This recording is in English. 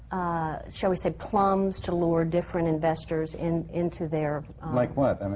shall we say, plums to lure different investors and into their like what?